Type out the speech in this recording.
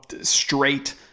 straight